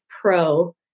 pro